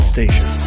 Station